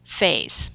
phase